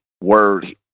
word